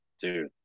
dude